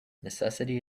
necessity